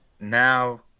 now